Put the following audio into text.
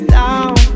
down